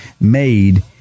made